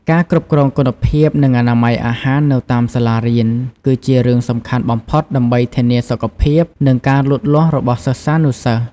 ការគ្រប់គ្រងគុណភាព និងអនាម័យអាហារនៅតាមសាលារៀន គឺជារឿងសំខាន់បំផុតដើម្បីធានាសុខភាព និងការលូតលាស់របស់សិស្សានុសិស្ស។